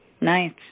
Nice